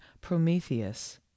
prometheus